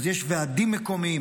אז יש ועדים מקומיים,